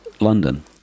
London